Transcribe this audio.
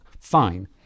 Fine